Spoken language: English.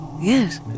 Yes